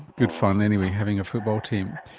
good fun anyway, having a football team.